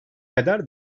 kadar